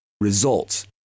results